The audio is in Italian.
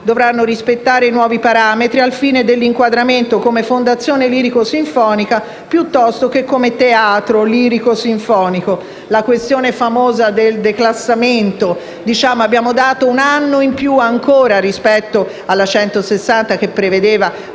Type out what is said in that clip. dovranno rispettare i nuovi parametri al fine dell'inquadramento come fondazione lirico-sinfonica piuttosto che come teatro lirico-sinfonico (la nota questione del declassamento). Abbiamo dato un anno in più rispetto a quanto previsto